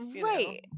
Right